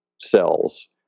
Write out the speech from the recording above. cells